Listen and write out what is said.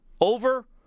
over